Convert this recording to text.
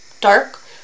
dark